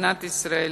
כמדינת ישראל,